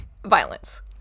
violence